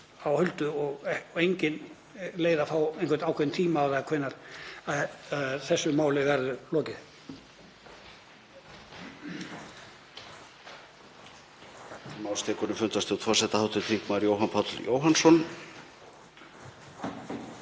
á huldu og engin leið að fá einhvern ákveðinn tíma á það hvenær þessu máli verður lokið?